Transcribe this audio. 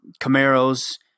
Camaro's